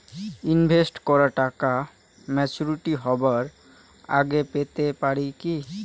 Invest করা টাকা maturity হবার আগেই পেতে পারি কি?